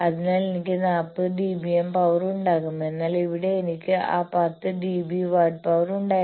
അതിനാൽ എനിക്ക് 40 dB m power ഉണ്ടാകും എന്നാൽ ഇവിടെ എനിക്ക് ആ 10 dB വാട്ട് പവർ ഉണ്ടായിരുന്നു